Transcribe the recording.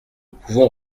pouvons